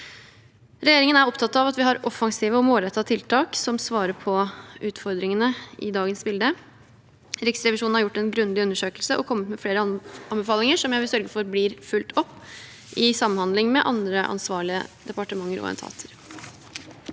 Regjeringen er opptatt av at vi har offensive og målrettede tiltak som svarer på utfordringene i dagens bilde. Riksrevisjonen har gjort en grundig undersøkelse og kommet med flere anbefalinger som jeg vil sørge for blir fulgt opp i samhandling med andre ansvarlige departementer og etater.